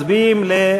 מצביעים על,